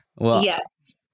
Yes